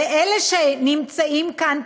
ואלה שנמצאים כאן,